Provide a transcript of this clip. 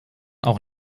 auch